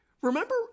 remember